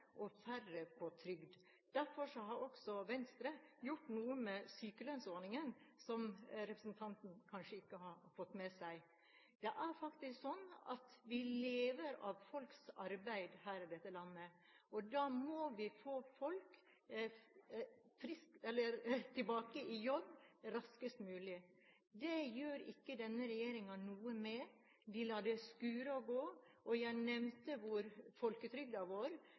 og færre på trygd. Derfor har også Venstre gjort noe med sykelønnsordningen, som representanten kanskje ikke har fått med seg. Vi lever av folks arbeid her i dette landet, og da må vi få folk tilbake i jobb raskest mulig. Det gjør ikke denne regjeringen noe med – de lar det skure og gå. Jeg nevnte hvor